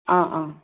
অঁ অঁ